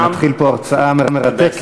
אתה מתחיל פה הרצאה מרתקת,